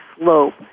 slope